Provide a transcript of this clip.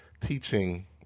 teaching